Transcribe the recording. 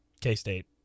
K-State